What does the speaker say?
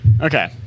Okay